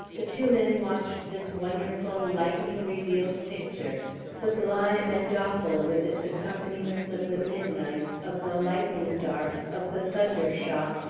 the two men watched this wonderful, lightning-revealed picture, sublime and awful with its accompaniments of the mid night, of the lightning-dart, of the thunder-shock,